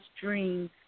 dreams